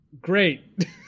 Great